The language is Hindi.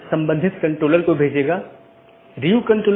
हालांकि हर संदेश को भेजने की आवश्यकता नहीं है